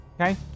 Okay